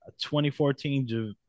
2014